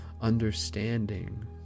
understanding